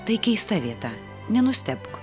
tai keista vieta nenustebk